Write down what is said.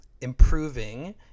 improving